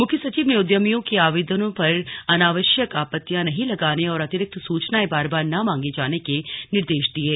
मुख्य सचिव ने उद्यमियों के आवेदनों पर अनावश्यक आपत्तियां नहीं लगाने और अतिरिक्त सूचनायें बार बार न मांगे जाने के निर्देश दिये